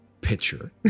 pitcher